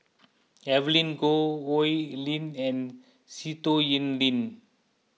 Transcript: Evelyn Goh Oi Lin and Sitoh Yih Pin